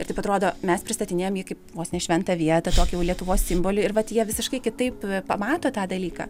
ir taip atrodo mes pristatinėjam jį kaip vos ne šventą vietą tokį jau lietuvos simbolį ir vat jie visiškai kitaip pamato tą dalyką